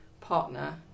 partner